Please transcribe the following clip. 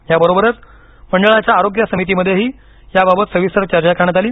याबरोबरच मंडळाच्या आरोग्य समितीमध्येही याबाबत सविस्तर चर्चा करण्यात आली